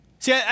See